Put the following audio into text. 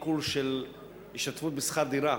עיקול של השתתפות בשכר דירה,